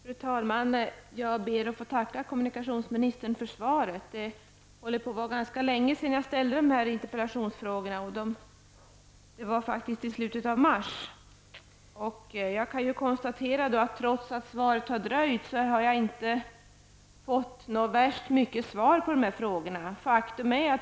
Fru talman! Jag ber att få tacka kommunikationsministern för svaret. Det var länge sedan jag ställde interpellationen. Det var faktiskt i slutet av mars. Jag kan konstatera att trots att svaret har dröjt har jag inte fått något värst mycket till svar på frågorna.